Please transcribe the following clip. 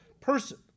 person